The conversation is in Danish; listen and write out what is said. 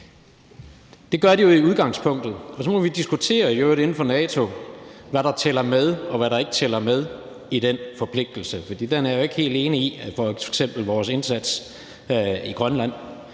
det gør det jo i udgangspunktet. Og så må vi jo i øvrigt inden for NATO diskutere, hvad der tæller med, og hvad der ikke tæller med i forhold til den forpligtelse. For jeg er jo ikke helt enig i, at f.eks. vores indsats i Grønland